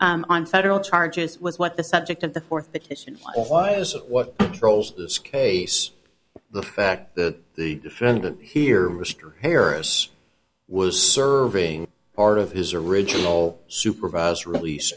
on federal charges was what the subject of the fourth petition is what trolls this case the fact that the defendant here mr harris was serving part of his original supervise release